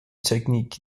technique